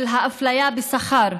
של האפליה בשכר,